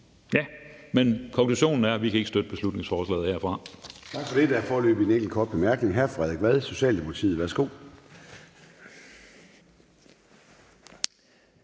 Men konklusionen er, at vi ikke kan støtte beslutningsforslaget.